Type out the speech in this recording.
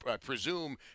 presume